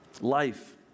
Life